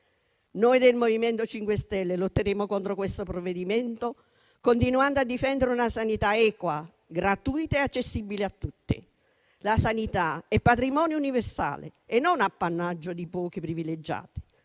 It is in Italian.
Noi del MoVimento 5 Stelle lotteremo contro questo provvedimento, continuando a difendere una sanità equa, gratuita e accessibile a tutti. La sanità è patrimonio universale e non appannaggio di pochi privilegiati.